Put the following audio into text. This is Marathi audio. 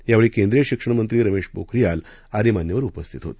या वेळी केंद्रीय शिक्षणमंत्री रमेश पोखरीयाल आदी मान्यवर उपस्थित होते